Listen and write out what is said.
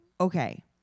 okay